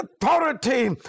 authority